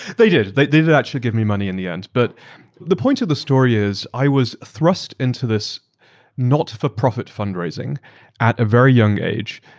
they did, they they did actually give me money in the end but the point of the story is i was thrust into this not-for-profit fundraising at a very young age,